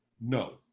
no